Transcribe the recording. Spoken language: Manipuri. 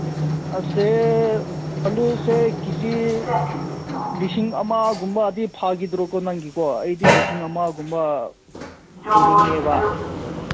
ꯑꯁꯦ ꯑꯥꯜꯂꯨꯁꯦ ꯀꯦ ꯖꯤ ꯂꯤꯁꯤꯡ ꯑꯃꯒꯨꯝꯕꯗꯤ ꯐꯥꯈꯤꯗ꯭ꯔꯣ ꯀꯣ ꯅꯪꯒꯤꯗꯣ ꯑꯩꯗꯤ ꯂꯤꯁꯤꯡ ꯑꯃꯒꯨꯝꯕ ꯄꯨꯅꯤꯡꯉꯦꯕ